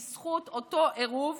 בזכות אותו עירוב,